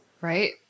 Right